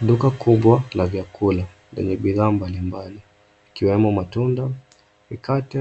Duka kubwa la vyakula lenye bidhaa mbali mbali ikiwemo matunda, mikate